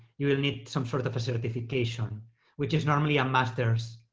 you will need some sort of of a certification which is normally a master's